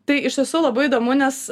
tai iš tiesų labai įdomu nes